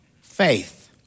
faith